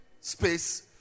space